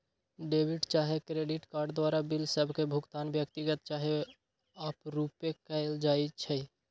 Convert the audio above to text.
debit चाहे credit card द्वारा bill सभ के भुगतान व्यक्तिगत चाहे आपरुपे कएल जाइ छइ